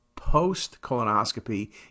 post-colonoscopy